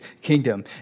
kingdom